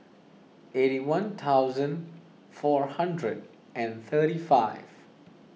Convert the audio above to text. eighty one thousand four hundred and thirty five